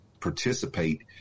participate